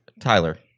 Tyler